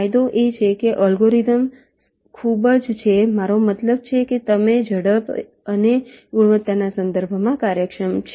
ફાયદો એ છે કે અલ્ગોરિધમ્સ ખૂબ જ છે મારો મતલબ છે કે તેમની ઝડપ અને ગુણવત્તાના સંદર્ભમાં કાર્યક્ષમ છે